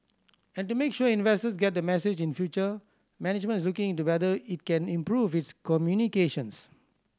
and to make sure investors get the message in future management is looking into whether it can improve its communications